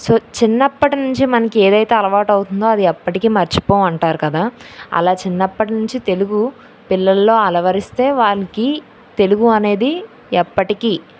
so చిన్నప్పటి నుంచి మనకి ఏదైతే అలవాటు అవుతుందో అది ఎప్పటికీ మర్చిపోము అంటారు కదా అలా చిన్నప్పటి నుంచి తెలుగు పిల్లల్లో అలవరిస్తే వాళ్ళకి తెలుగు అనేది ఎప్పటికీ